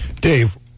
Dave